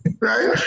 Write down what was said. right